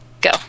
Go